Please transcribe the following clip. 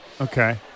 okay